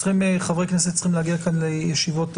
חברי כנסת צריכים להגיע לישיבות סיעה,